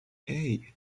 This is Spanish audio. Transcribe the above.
hey